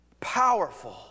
powerful